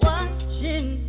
Watching